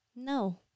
No